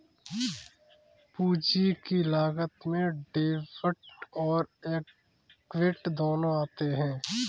पूंजी की लागत में डेब्ट और एक्विट दोनों आते हैं